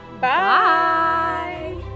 Bye